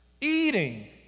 eating